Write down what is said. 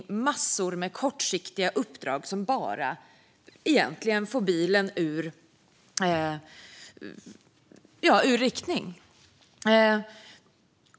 Det handlar om massor med kortsiktiga uppdrag som egentligen bara får bilen ur riktning.